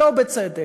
שלא בצדק,